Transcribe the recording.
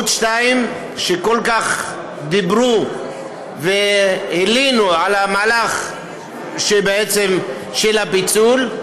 שכל כך דיברו והלינו על המהלך של הפיצול שלו.